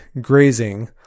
grazing